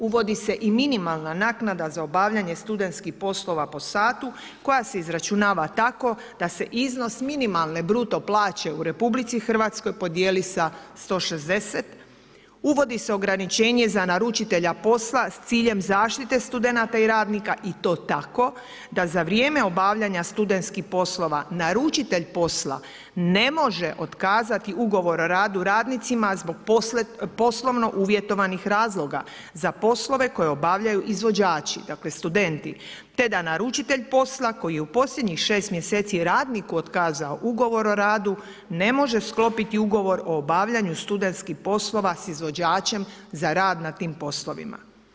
Uvodi se i minimalna naknada za obavljanje studentskih poslova po satu koja se izračunava tako da se iznos minimalne bruto plaće u RH podijeli sa 160, uvodi se ograničenje za naručitelja posla s ciljem zaštite studenata i radnika i to tako da za vrijeme obavljanja studentskih poslova naručitelj posla ne može otkazati ugovor o radu radnicima zbog poslovno uvjetovanih razloga za poslove koje obavljaju izvođači, dakle studenti, te da naručitelj posla koji u posljednjih 6 mjeseci radniku otkazao ugovor o radu, ne može sklopiti ugovor o obavljanju studentskih poslova s izvođačem za rad na tim poslovima.